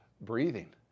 breathing